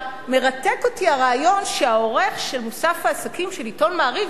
מרתק אותי הרעיון שהעורך של מוסף העסקים של עיתון "מעריב" ייפול